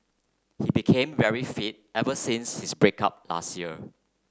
he became very fit ever since his break up last year